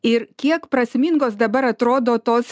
ir kiek prasmingos dabar atrodo tos